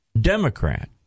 Democrat